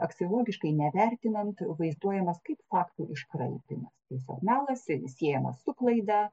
aksiologiškai nevertinant vaizduojamas kaip faktų iškraipymas tiesiog melas siejamas su klaida